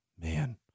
man